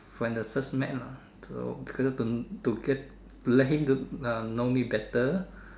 when the first met lah so girl to to get let him to uh know me better